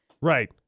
Right